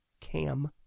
Cam